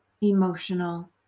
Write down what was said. emotional